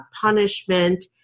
punishment